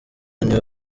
niwe